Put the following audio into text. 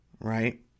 Right